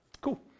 Cool